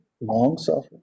long-suffering